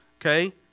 okay